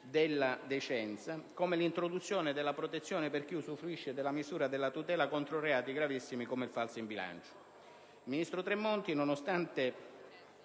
della decenza, come l'introduzione della protezione per chi usufruisce della misura della tutela contro reati gravissimi come il falso in bilancio.